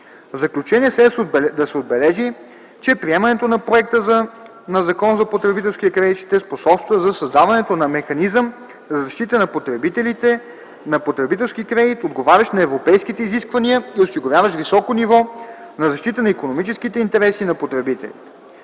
заключение следва да се отбележи, че приемането на проекта на Закон за потребителския кредит ще способства за създаването на механизъм за защита на потребителите, на потребителски кредит, отговарящ на европейските изисквания и осигуряващ високо ниво на защита на икономическите интереси на потребителите.